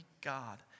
God